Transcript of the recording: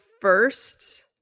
first